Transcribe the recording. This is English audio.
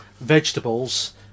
vegetables